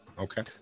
Okay